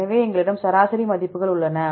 எனவே எங்களிடம் சராசரி மதிப்புகள் உள்ளன